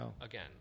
again